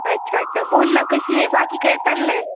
अच्छा अच्छा बोल ना कशी आहे बाकी काय चाललं आहे